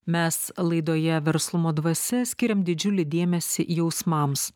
mes laidoje verslumo dvasia skiriam didžiulį dėmesį jausmams